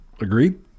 Agreed